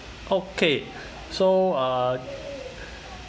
okay so uh